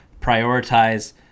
prioritize